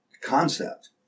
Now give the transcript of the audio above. concept